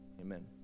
Amen